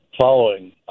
following